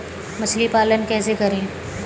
मछली पालन कैसे करें?